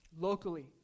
locally